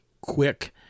quick